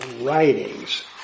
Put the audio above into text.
writings